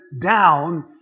down